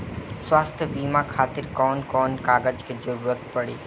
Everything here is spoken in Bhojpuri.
स्वास्थ्य बीमा खातिर कवन कवन कागज के जरुरत पड़ी?